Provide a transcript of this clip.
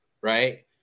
Right